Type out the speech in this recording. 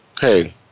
hey